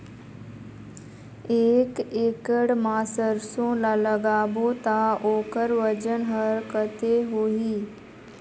एक एकड़ मा सरसो ला लगाबो ता ओकर वजन हर कते होही?